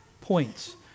points